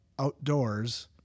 outdoors